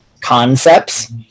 concepts